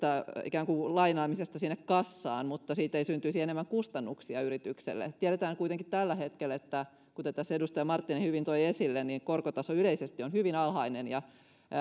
ikään kuin kuin lainaamisesta sinne kassaan mutta siitä ei syntyisi enemmän kustannuksia yritykselle tiedetään kuitenkin tällä hetkellä kuten tässä edustaja marttinen hyvin toi esille että korkotaso yleisesti on hyvin alhainen ja